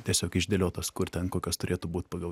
tiesiog išdėliotos kur ten kokios turėtų būt pagal